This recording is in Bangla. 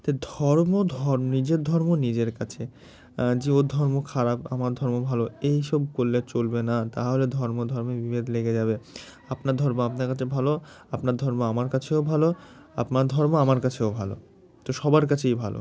তো ধর্ম ধর্ম নিজের ধর্ম নিজের কাছে যে ও ধর্ম খারাপ আমার ধর্ম ভালো এই সব করলে চলবে না তাহলে ধর্ম ধর্মে বিভেদ লেগে যাবে আপনার ধর্ম আপনার কাছে ভালো আপনার ধর্ম আমার কাছেও ভালো আপনার ধর্ম আমার কাছেও ভালো তো সবার কাছেই ভালো